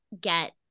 get